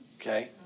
okay